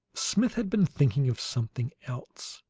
smith had been thinking of something else.